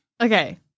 Okay